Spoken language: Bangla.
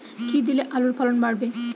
কী দিলে আলুর ফলন বাড়বে?